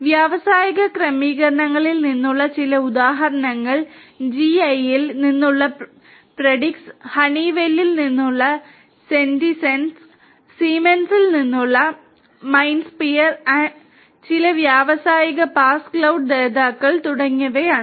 വ്യാവസായിക ക്രമീകരണങ്ങളിൽ നിന്നുള്ള ചില ഉദാഹരണങ്ങൾ ജിഇയിൽ ചില വ്യാവസായിക പാസ് ക്ലൌഡ് ദാതാക്കൾ എന്നിവയാണ്